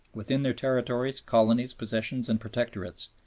within their territories, colonies, possessions and protectorates,